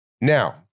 Now